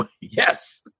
Yes